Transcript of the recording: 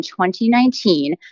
2019